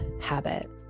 habit